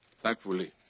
thankfully